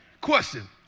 Question